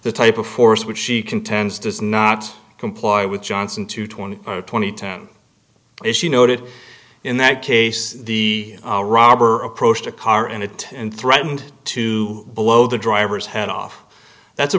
the type of force which she contends does not comply with johnson to twenty or twenty as you noted in that case the robber approached a car in it and threatened to blow the driver's head off that's a